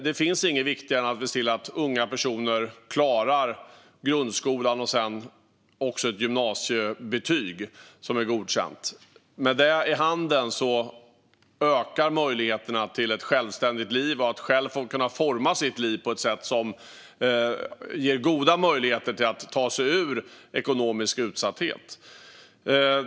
Det finns inget viktigare än att se till att unga personer klarar grundskolan och sedan också får ett godkänt gymnasiebetyg. Har man ett sådant i handen ökar möjligheterna till ett självständigt liv och att själv kunna forma sitt liv på ett sätt som ger goda möjligheter att ta sig ur ekonomisk utsatthet.